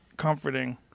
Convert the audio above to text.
comforting